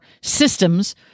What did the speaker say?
systems